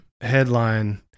headline